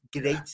great